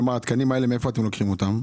כלומר, מהיכן אתם לוקחים את התקנים האלה?